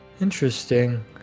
Interesting